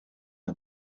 una